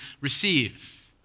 receive